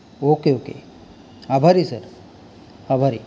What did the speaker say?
वोके ओके आभारी आहे सर आभारी आहे